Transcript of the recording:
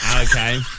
Okay